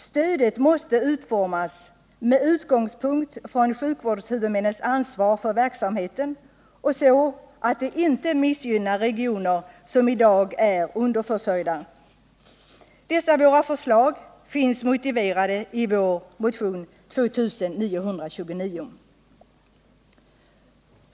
Stödet måste utformas med utgångspunkt i sjukvårdshuvudmännens ansvar för verksamheten och så, att det inte missgynnar regioner som i dag är underförsörjda. Dessa våra förslag finns motiverade i vår motion nr 2629.